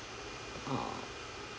err